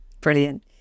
Brilliant